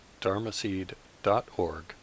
dharmaseed.org